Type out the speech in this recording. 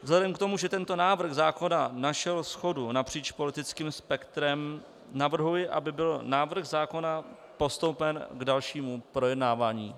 Vzhledem k tomu, že tento návrh zákona našel shodu napříč politickým spektrem, navrhuji, aby byl návrh zákona postoupen k dalšímu projednávání.